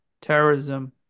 terrorism